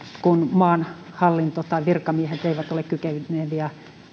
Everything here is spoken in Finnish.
kun maan hallinto tai virkamiehet eivät ole kykeneviä